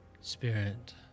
spirit